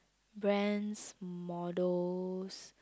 brands models